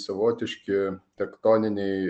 savotiški tektoniniai